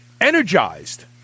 energized